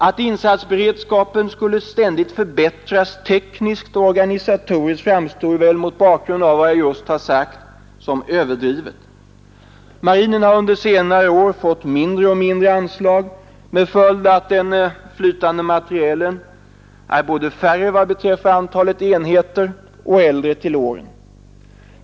Att insatsberedskapen ständigt skulle förbättras tekniskt och organisatoriskt framstår väl mot vad jag här sagt som överdrivet. Marinen har under senare år fått mindre och mindre anslag, vilket haft till följd att den flytande materielen är både färre vad beträffar antalet enheter och äldre till åren.